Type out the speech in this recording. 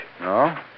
No